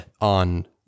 on